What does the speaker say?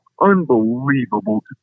unbelievable